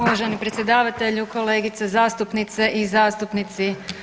Uvaženi predsjedavatelju, kolegice zastupnice i zastupnici.